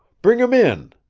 bring em in!